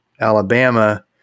Alabama